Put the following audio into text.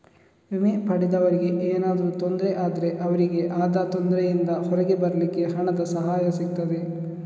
ವಿಮೆ ಪಡೆದವರಿಗೆ ಏನಾದ್ರೂ ತೊಂದ್ರೆ ಆದ್ರೆ ಅವ್ರಿಗೆ ಆದ ತೊಂದ್ರೆಯಿಂದ ಹೊರಗೆ ಬರ್ಲಿಕ್ಕೆ ಹಣದ ಸಹಾಯ ಸಿಗ್ತದೆ